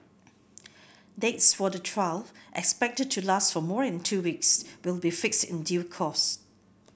dates for the trial expected to last for more than two weeks will be fixed in due course